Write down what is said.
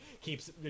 keeps